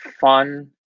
fun